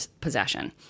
possession